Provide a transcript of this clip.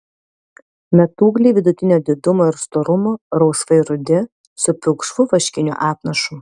metūgliai vidutinio didumo ir storumo rausvai rudi su pilkšvu vaškiniu apnašu